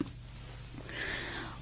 सम्मान